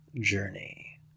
journey